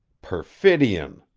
perfidion!